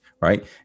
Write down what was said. right